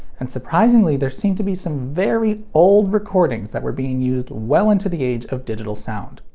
and surprisingly, there seem to be some very old recordings that were being used well into the age of digital sound.